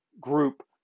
group